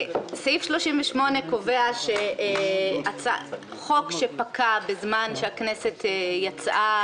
הכנסת קובע שחוק שפקע בזמן שהכנסת יצאה